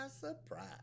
Surprise